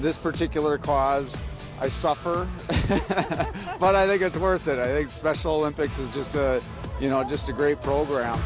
this particular cause i suffer but i think it's worth it i think special olympics is just you know just a great program